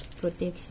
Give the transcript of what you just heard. protection